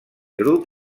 grup